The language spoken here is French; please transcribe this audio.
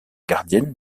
gardienne